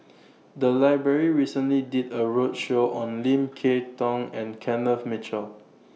The Library recently did A roadshow on Lim Kay Tong and Kenneth Mitchell